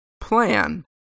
plan